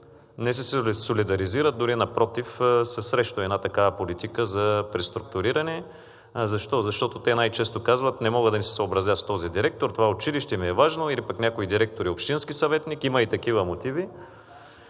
не се солидаризират, дори напротив, те са срещу една такава политика за преструктуриране. Защо? Защото те най-често казват: не мога да не се съобразя с този директор, това училище ми е важно, или пък някой директор е общински съветник, има и такива мотиви.